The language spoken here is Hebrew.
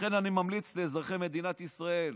אני ממליץ לאזרחי מדינת ישראל,